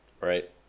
Right